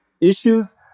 issues